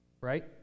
Right